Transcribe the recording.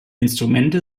instrumente